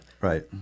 right